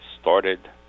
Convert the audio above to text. started